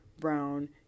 brown